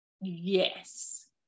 Yes